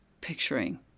picturing